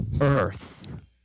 Earth